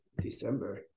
December